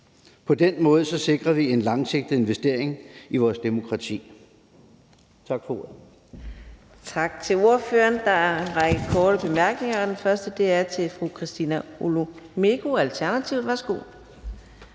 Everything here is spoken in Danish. På den måde sikrer vi en langsigtet investering i vores demokrati.